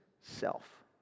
self